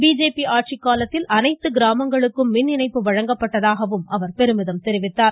BJP ஆட்சிக்காலத்தில் அனைத்து கிராமங்களுக்கும் மின் இணைப்பு வழங்கப்பட்டதாகவும் பிரதமர் பெருமிதம் தெரிவித்தார்